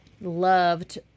loved